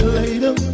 later